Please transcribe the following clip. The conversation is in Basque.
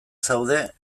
zaude